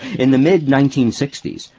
in the mid nineteen sixty s,